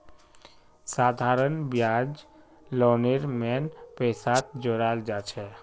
साधारण ब्याज लोनेर मेन पैसात जोड़ाल जाछेक